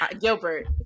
Gilbert